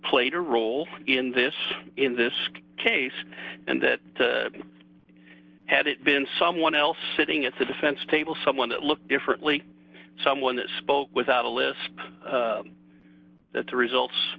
played a role in this in this case and that had it been someone else sitting at the defense table someone that looked differently someone that spoke without a list that the results